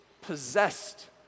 possessed